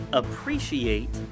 appreciate